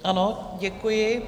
Ano, děkuji.